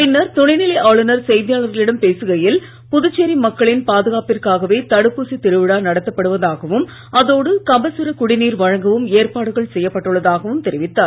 பின்னர் துணை நிலை ஆளுநர் செய்தியாளர்களிடம் பேசுகையில் புதுச்சேரி மக்களின் பாதுகாப்பிற்காகவே தடுப்பூசி திருவிழா நடத்தப்படுவதாகவும் அதோடு கபசுரக் குடிநீர் வழங்கவும் ஏற்பாடுகள் செய்யப்பட்டுள்ளதாகவும் தெரிவித்தார்